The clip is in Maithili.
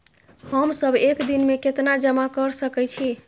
हम सब एक दिन में केतना जमा कर सके छी?